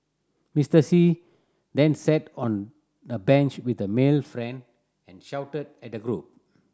Mister See then sat on a bench with a male friend and shouted at the group